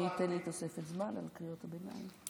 אדוני ייתן לי תוספת זמן על קריאות הביניים?